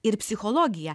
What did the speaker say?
ir psichologija